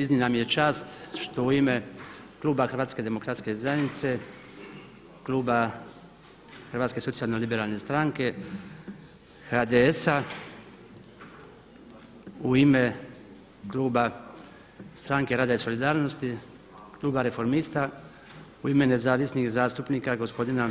Iznimna mi je čast što u ime kluba HDZ-a, kluba Socijalno liberalna stranke, HDS-a u ime kluba Stranke rada i solidarnosti, kluba Reformista, u ime nezavisnih zastupnika gospodina